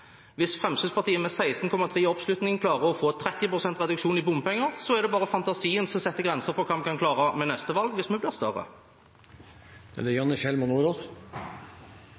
Hvis Fremskrittspartiet med 16,3 pst. i oppslutning klarer å få 30 pst. reduksjon i bompenger, er det bare fantasien som setter grenser for hva vi kan klare ved neste valg hvis vi blir større. Jeg registrerer at Fremskrittspartiet har gitt opp kampen mot bompenger. Nå handler det